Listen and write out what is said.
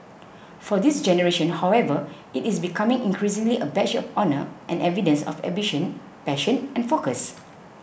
for this generation however it is becoming increasingly a badge of honour and evidence of ambition passion and focus